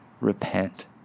repent